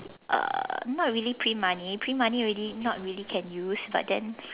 uh not really print money print money really not really can use but then